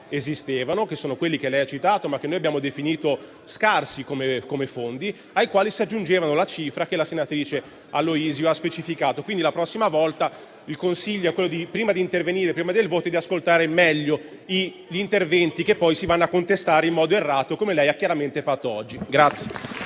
già esistevano, che sono quelli che lei ha citato, ma che noi abbiamo definito scarsi, ai quali si aggiungevano la cifra che la senatrice Aloisio ha specificato. Quindi, per la prossima volta, il consiglio è prima di intervenire prima del voto, di ascoltare meglio gli interventi che poi si vanno a contestare in modo errato, come lei ha chiaramente fatto oggi.